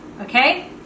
Okay